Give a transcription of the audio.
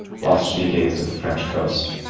whilst she gazed at the french coast.